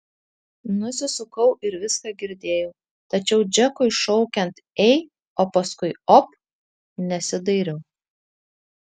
nusisukau ir viską girdėjau tačiau džekui šaukiant ei o paskui op nesidairiau